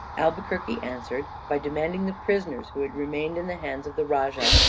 albuquerque answered by demanding the prisoners who had remained in the hands of the rajah,